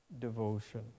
devotion